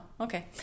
okay